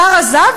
השר עזב,